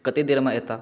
कते देर मे एतै